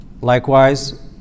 Likewise